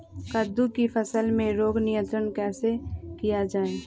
कददु की फसल में रोग नियंत्रण कैसे किया जाए?